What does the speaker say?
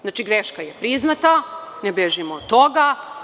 Znači, greška je priznata, ne bežimo od toga.